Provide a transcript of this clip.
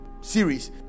series